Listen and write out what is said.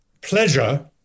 pleasure